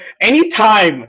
Anytime